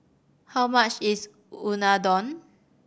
how much is Unadon